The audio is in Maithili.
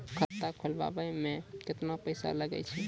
खाता खोलबाबय मे केतना पैसा लगे छै?